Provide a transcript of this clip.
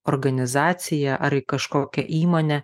organizaciją ar į kažkokią įmonę